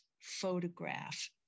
photograph